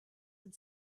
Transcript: had